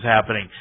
happening